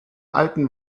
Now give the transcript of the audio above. alten